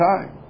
time